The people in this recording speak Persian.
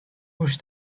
گوش